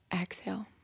Exhale